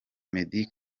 meddie